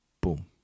boom